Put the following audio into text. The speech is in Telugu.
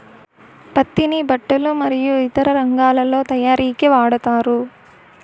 పత్తిని బట్టలు మరియు ఇతర రంగాలలో తయారీకి వాడతారు